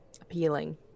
appealing